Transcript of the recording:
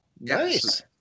Nice